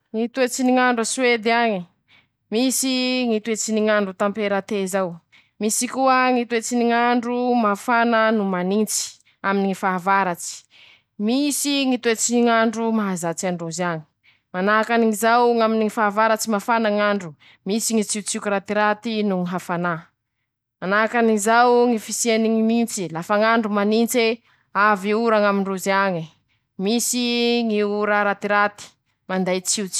Ñy toetsy ny ñ'andro a Soedy añy: Misy Ñy toetsy ny ñ'andro tamperaté zao, misy koa Ñy toetsy ny ñ'andro mafana no manintsy aminy ñy fahavaratsy, misy Ñy toetsy ny ñ'andro mahazatsy androzy añy, manahakan'izay aminy ñy fahavaratsy mafana ñ'andro, misy ñy tsiotsioky ratiraty noho ñy hafanà, manahakan'izao ñy fisiany ñy nitse, lafa ñ'andro manintse, avy ora ñ'amindrozy añy, misy ñy ora ratiraty manday.